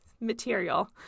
material